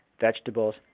vegetables